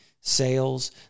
sales